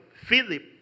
Philip